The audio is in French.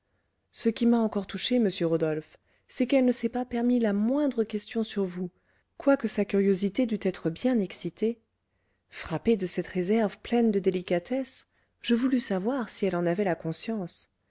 ce qui m'a encore touchée monsieur rodolphe c'est qu'elle ne s'est pas permis la moindre question sur vous quoique sa curiosité dût être bien excitée frappée de cette réserve pleine de délicatesse je voulus savoir si elle en avait la conscience